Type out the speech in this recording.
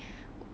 err